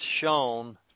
shown